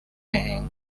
bank